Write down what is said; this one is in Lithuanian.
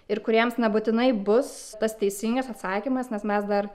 ir kuriems nebūtinai bus tas teisingas atsakymas nes mes dar